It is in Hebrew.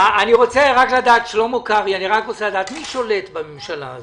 החתימה המיוחלת ואפשר לצאת למכרז במשרד